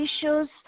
issues